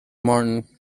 martin